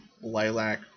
lilac